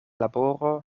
laboro